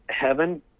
heaven